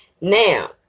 now